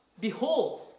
Behold